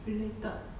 related